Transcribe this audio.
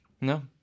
no